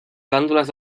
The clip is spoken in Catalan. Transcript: glàndules